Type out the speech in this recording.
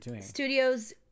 Studios